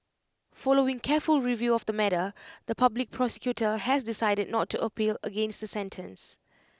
following careful review of the matter the Public Prosecutor has decided not to appeal against the sentence